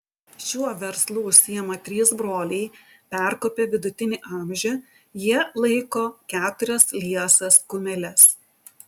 šiuo verslu užsiima trys broliai perkopę vidutinį amžių jie laiko keturias liesas kumeles